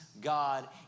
God